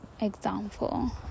example